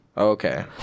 Okay